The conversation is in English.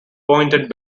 pointed